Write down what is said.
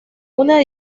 una